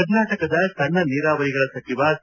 ಕರ್ನಾಟಕದ ಸಣ್ಣ ನೀರಾವರಿಗಳ ಸಚಿವ ಸಿ